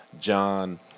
John